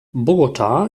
bogotá